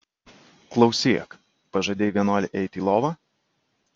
klausyk pažadėjai vienuolei eiti į lovą